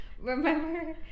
Remember